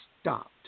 stopped